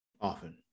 Often